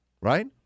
right